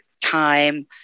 time